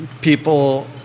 people